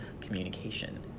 communication